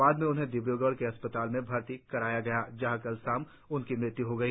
बाद में उन्हें डिब्रूगढ़ के अस्पताल में भर्ती कराया गया जहाँ कल शाम उनकी मृत्यु हो गई